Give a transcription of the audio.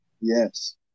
Yes